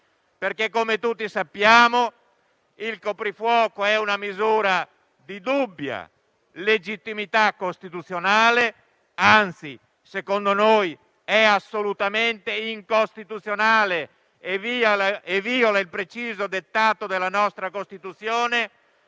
bianche. Come tutti sappiamo, il coprifuoco è una misura di dubbia legittimità costituzionale, anzi secondo noi è assolutamente incostituzionale e viola il preciso dettato della nostra Costituzione,